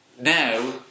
now